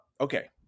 okay